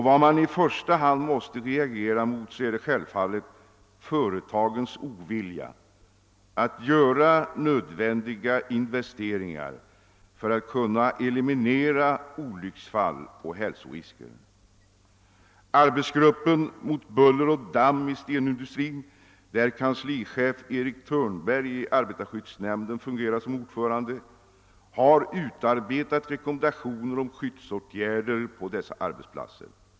Vad man i första hand måste reagera mot är självfallet företagens ovilja att göra nödvändiga investeringar för att kunna eliminera olycksfall och hälsorisker. Arbetsgruppen mot buller och damm i stenindustrin, med kanslichef Erik Törnberg i Arbetarskyddsnämnden som ordförande, har utarbetat rekommendationer om skyddsåtgärder på dessa arbetsplatser.